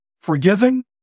Forgiving